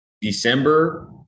December